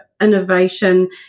innovation